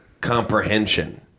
comprehension